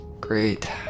Great